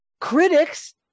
Critics